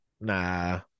Nah